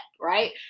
right